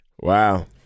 Wow